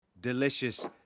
Delicious